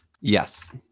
Yes